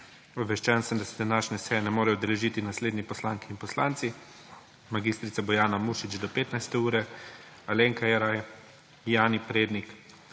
Obveščen sem, da se današnje seje ne morejo udeležiti naslednje poslanke in poslanci: mag. Bojana Muršič do 15. ure, Alenka Jeraj, Jani Prednik,